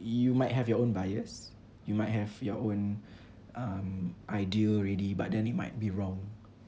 you might have your own bias you might have your own um idea already but then it might be wrong